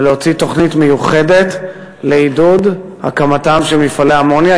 ולהוציא תוכנית מיוחדת לעידוד הקמתם של מפעלי אמוניה.